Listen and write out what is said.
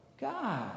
God